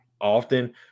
often